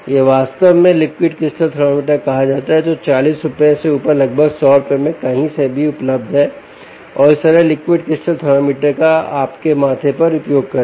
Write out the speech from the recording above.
यह वास्तव में लिक्विड क्रिस्टल थर्मामीटर कहा जाता है जो 40 रुपये से ऊपर लगभग 100 रुपये में कहीं से भी उपलब्ध है और इस सरल लिक्विड क्रिस्टल थर्मामीटर का अपने माथे पर उपयोग करें